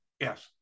Yes